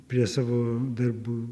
prie savo darbų